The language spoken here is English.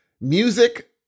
music